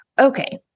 Okay